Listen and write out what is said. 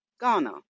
Ghana